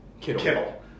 kittle